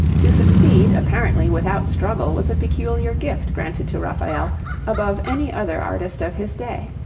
to succeed apparently without struggle was a peculiar gift granted to raphael above any other artist of his day.